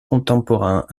contemporain